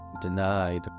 denied